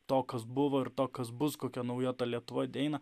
to kas buvo ir to kas bus kokia nauja ta lietuva ateina